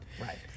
Right